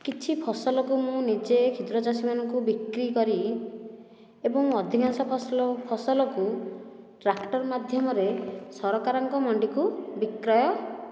କିଛି ଫସଲକୁ ମୁଁ ନିଜେ କ୍ଷୁଦ୍ର ଚାଷୀମାନଙ୍କୁ ବିକ୍ରି କରି ଏବଂ ଅଧିକାଂଶ ଫସଲ ଫସଲକୁ ଟ୍ରାକ୍ଟର ମାଧ୍ୟମରେ ସରକାରଙ୍କ ମଣ୍ଡିକୁ ବିକ୍ରୟ